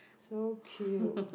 so cute